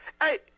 Hey